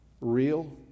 real